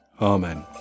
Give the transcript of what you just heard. Amen